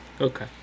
Okay